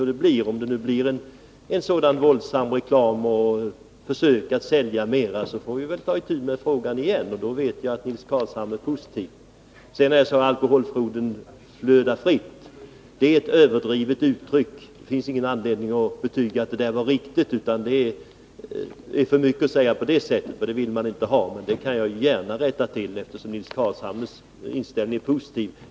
Om förslaget inte vinner och om det sedan blir våldsam reklam och försök att sälja mer får vi väl taitu med frågan igen — och jag förmodar att Nils Carlshamre då är positiv till förbud. Sedan vände sig Nils Carlshamre mot mitt uttryckssätt att alkoholfloden flödar fritt och sade att det var överdrivet. Jag kan gärna rätta till mitt uttalande på den punkten.